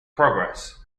progress